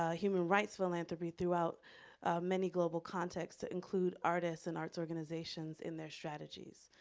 ah human rights philanthropy throughout many global contexts to include artists and arts organizations in their strategies.